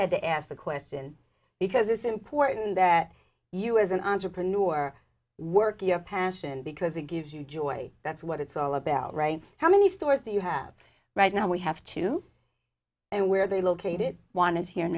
had to ask the question because it's important that you as an entrepreneur work your passion because it gives you joy that's what it's all about ray how many stores do you have right now we have two and where they located one is here in